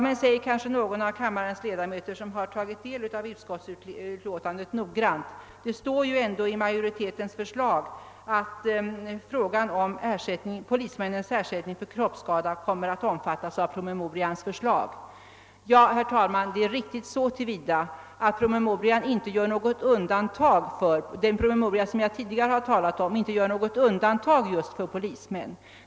Men, säger kanske någon av kammarens ledamöter som noggrant har tagit del av utskottsutlåtandet, det står dock i majoritetens förslag att frågan om polismäns ersättning för kroppsskada kommer att omfattas av promemorians förslag. Det är riktigt så till vida att den promemoria som jag tidigare har talat om inte gör undantag just för polismän.